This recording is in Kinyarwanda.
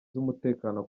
z’umutekano